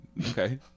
Okay